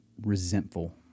resentful